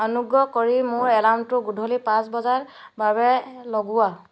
অনুগ্ৰহ কৰি মোৰ এলাৰ্মটো গধূলি পাঁচ বজাৰ বাবে লগোৱা